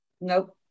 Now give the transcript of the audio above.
Nope